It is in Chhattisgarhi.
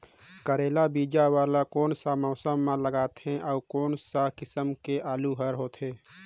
करेला बीजा वाला कोन सा मौसम म लगथे अउ कोन सा किसम के आलू हर होथे?